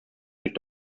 durch